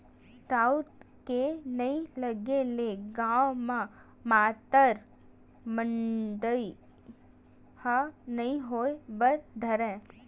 राउत के नइ लगे ले गाँव म मातर मड़ई ह नइ होय बर धरय